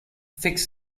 fix